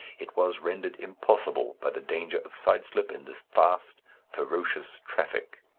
it was rendered impossible by the danger of side-slip in this vast ferocious traffic.